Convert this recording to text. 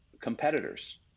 competitors